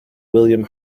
william